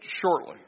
shortly